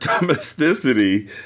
domesticity